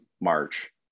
march